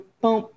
Boom